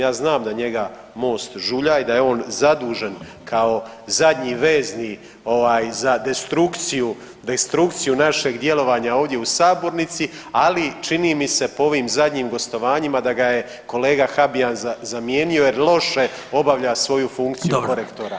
Ja znam da njega MOST žulja i da je on zadužen kao zadnji vezni za destrukciju našeg djelovanja ovdje u sabornici, ali čini mi se po ovim zadnjim gostovanjima da ga je kolega Habijan zamijenio jer loše obavlja svoju funkciju korektora.